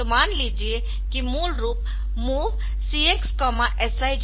तोमान लीजिये कि मूल रूप MOV CX SI जैसा है